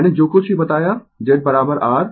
मैंने जो कुछ भी बताया Z R